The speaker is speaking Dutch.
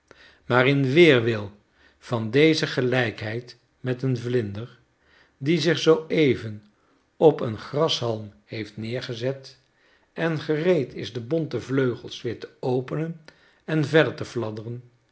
maar in weerwil van deze gelijkheid met een vlinder die zich zoo even op een grashalm heeft neergezet en gereed is de bonte vleugels weer te openen en verder te